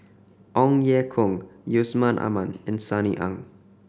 Ong Ye Kung Yusman Aman and Sunny Ang